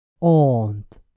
aunt